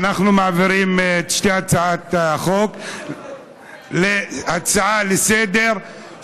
אנחנו הופכים את שתי הצעות החוק להצעה לסדר-היום.